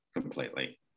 completely